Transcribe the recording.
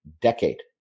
decade